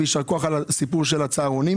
ויישר כוח על הסיפור של הצהרונים,